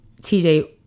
TJ